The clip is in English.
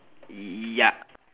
ya